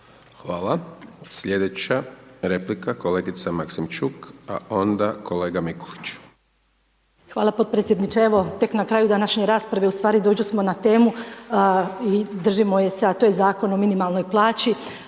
Hvala. Sljedeća replika kolegica Maksimčuk, a onda kolega Mikulić. **Maksimčuk, Ljubica (HDZ)** Hvala potpredsjedniče. Evo tek na kraju današnje rasprave ustvari došli smo na temu i držimo je se a to je Zakon o minimalnoj plaći.